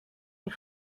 les